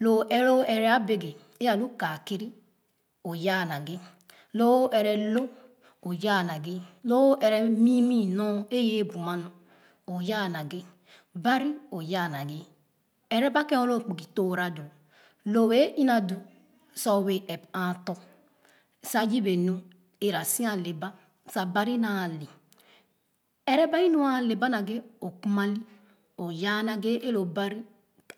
Lo o ɛrɛ o ɛrɛ abeke e alu kaakiri o yaa naghe lo o ɛrɛ lō oyaa naghe o ɛrɛ mii mii ɔɔn e’ ye buma nu o yaa naghe bari o yaa naghe ɛrɛ ba ken o kpugi toora doo lo wɛɛ ina du sa o wɛɛ ɛp aa tɔ̄ sa yebe nu era si ale ba sa bari naale ɛrɛ ba inu aa leba naghe o kuma ni o yaa naghe e lo ban